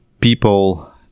people